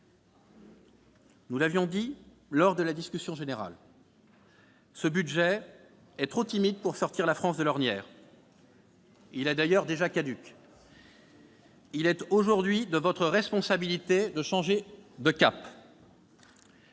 Nous l'avions dit lors de la discussion générale : ce budget est trop timide pour sortir la France de l'ornière. Il est d'ailleurs déjà caduc. Il est aujourd'hui de votre responsabilité, monsieur le